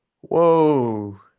Whoa